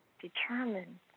determined